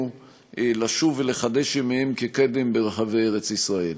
לשוב ולחדש ימיהם כקדם ברחבי ארץ-ישראל.